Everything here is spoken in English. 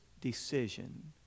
decision